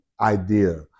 idea